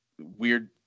weird